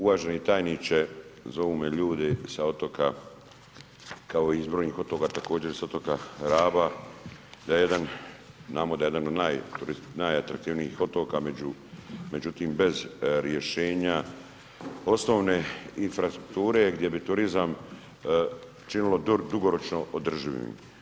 Uvaženi tajniče, zovu me ljudi sa otoka kao i s brojnih otoka, također sa otoka Raba da jedan, znamo da je jedan od najatraktivnijih otoka međutim bez rješenja osnovne infrastrukture gdje bi turizam činilo dugoročno održivim.